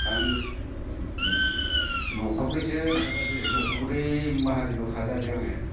आं न'खरब्रैसो थानांदों न'खरब्रै माहाजोनाव थानांदों आङो